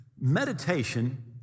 meditation